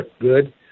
good